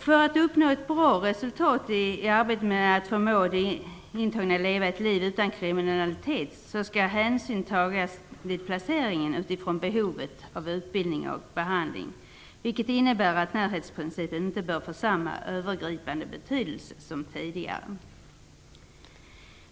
För att uppnå ett bra resultat i arbetet med att förmå de intagna att leva ett liv utan kriminalitet skall hänsyn vid placeringen tagas utifrån behovet av utbildning och behandling, vilket innebär att närhetsprincipen inte bör få samma övergripande betydelse som tidigare.